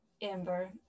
Amber